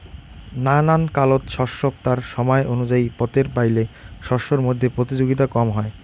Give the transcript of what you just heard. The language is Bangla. নানান কালত শস্যক তার সমায় অনুযায়ী পোতের পাইলে শস্যর মইধ্যে প্রতিযোগিতা কম হয়